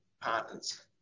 partners